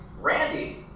Randy